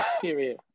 period